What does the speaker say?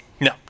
No